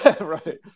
right